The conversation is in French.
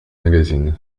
magazines